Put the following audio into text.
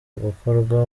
gukorwa